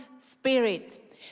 spirit